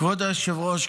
כבוד היושב-ראש,